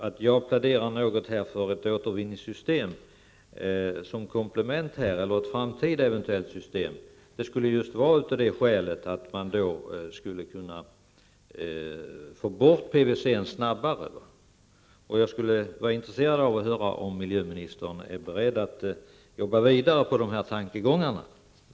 Att jag pläderar för ett återvinningssystem som komplement eller som ett eventuellt framtida system är av det skälet att då skulle man kunna få bort PVC-plasten snabbare. Det vore intressant att höra om miljöministern är beredd att arbeta vidare på denna tankegång.